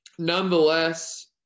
Nonetheless